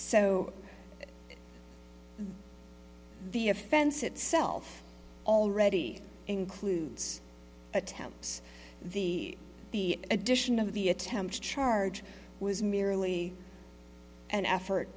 so the offense itself already includes attempts the addition of the attempt to charge was merely an effort